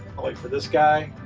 i'll wait for this guy.